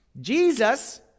Jesus